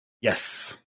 Yes